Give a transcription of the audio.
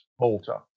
Malta